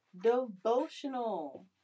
devotional